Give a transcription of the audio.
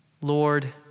Lord